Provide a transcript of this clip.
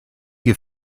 you